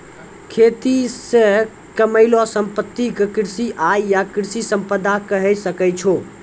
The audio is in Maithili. खेती से कमैलो संपत्ति क कृषि आय या कृषि संपदा कहे सकै छो